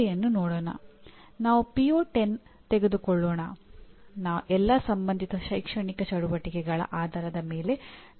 ನೀವು ನೋಡುವಂತೆ ಇವೆಲ್ಲವನ್ನು ಕೂಡಿಸಿದಾಗ ಒಟ್ಟು 1000 ಅಂಕಗಳು ಬರುತ್ತವೆ